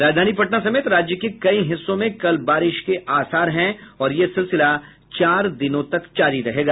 राजधानी पटना समेत राज्य के कई हिस्सों में कल बारिश के आसार है और यह सिलसिला चार दिनों तक जारी रहेगा